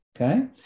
okay